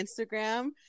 Instagram